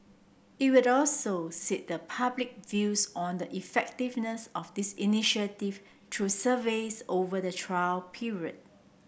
it will also seek the public views on the effectiveness of this initiative through surveys over the trial period